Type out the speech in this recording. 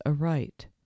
aright